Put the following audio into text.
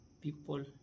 people